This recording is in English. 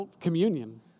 Communion